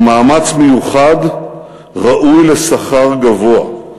ומאמץ מיוחד ראוי לשכר גבוה,